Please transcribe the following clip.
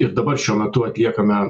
ir dabar šiuo metu atliekame